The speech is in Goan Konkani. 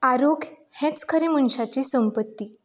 आरोग्य हेंच खरें मनशाची संपत्ती